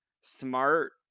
smart